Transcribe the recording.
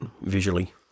visually